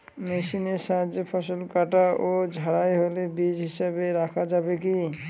মেশিনের সাহায্যে ফসল কাটা ও ঝাড়াই হলে বীজ হিসাবে রাখা যাবে কি?